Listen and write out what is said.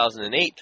2008